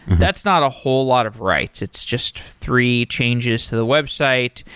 that's not a whole lot of writes. it's just three changes to the website.